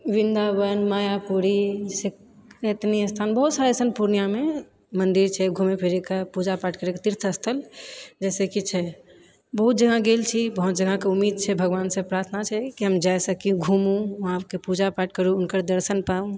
वृन्दावन मायापुरी जैसे इतने स्थान बहुत सारे एहन पूर्णियाँमे मन्दिर छै घुमय फिरयके पूजा पाठ करैके तीर्थस्थल जैसेकि छै बहुत जगह गेल छी बहुत जगहके उमीद छै भगवानसे प्रार्थना छै कि हम जाए सकी घुमू वहाँके पूजा पाठ करु हुनकर दर्शन पाउ